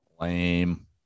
Lame